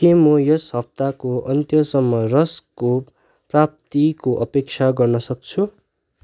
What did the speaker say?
के म यस हप्ताको अन्त्यसम्ममा रस्कको प्राप्तिको अपेक्षा गर्नसक्छु